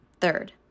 Third